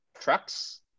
trucks